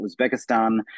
Uzbekistan